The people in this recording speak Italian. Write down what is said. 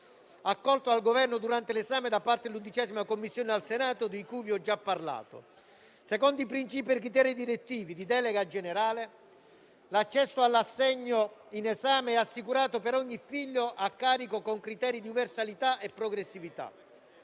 accolto dal Governo durante l'esame da parte dell'11a Commissione al Senato, di cui vi ho già parlato. Secondo i principi e i criteri direttivi di delega generale, l'accesso all'assegno in esame è assicurato per ogni figlio a carico con criteri di universalità e progressività.